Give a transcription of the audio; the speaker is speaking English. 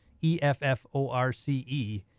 E-F-F-O-R-C-E